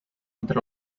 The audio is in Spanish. entre